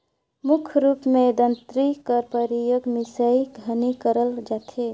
मुख रूप मे दँतरी कर परियोग मिसई घनी करल जाथे